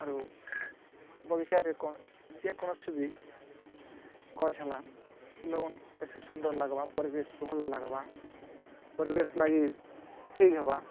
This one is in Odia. ଆରୁ ବଗିଚାରେ କ'ଣ ଯେକୌଣସି ବି ଗଛ୍ ହେଲା ଲଗୁନ୍ ବେଶୀ ସୁନ୍ଦର ଲାଗ୍ବା ପରିବେଶ୍ ଭଲ୍ ଲାଗ୍ବା ପରିବେଶ୍ ଲାଗି ଠିକ୍ ହେବା